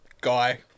guy